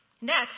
Next